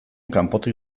kanpotik